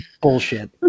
bullshit